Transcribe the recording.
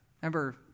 Remember